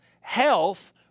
health